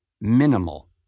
minimal